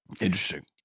Interesting